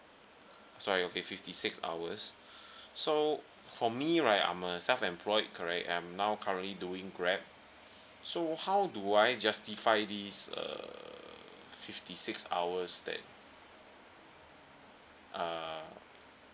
sorry okay fifty six hours so for me right I'm a self employed correct I'm now currently doing grab so how do I justify this uh fifty six hours that uh